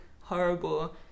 horrible